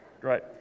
Great